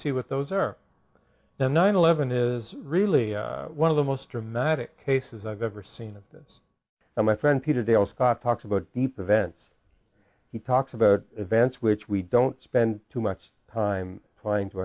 see what those are now nine eleven is really one of the most dramatic cases i've ever seen and that's how my friend peter dale scott talks about me prevents he talks about events which we don't spend too much time trying to